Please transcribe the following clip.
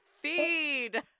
feed